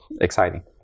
exciting